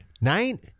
nine